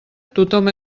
tothom